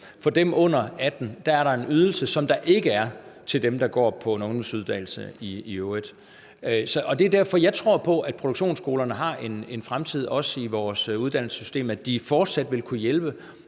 For dem under 18 år er der en ydelse, som der ikke er til dem, der går på en ungdomsuddannelse i øvrigt. Og det er derfor, jeg tror, at produktionsskolerne også har en fremtid i vores uddannelsessystem, og at de fortsat vil kunne hjælpe